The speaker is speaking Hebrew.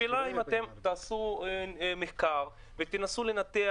השאלה האם אתם תעשו מחקר ותנסו לנתח,